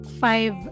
five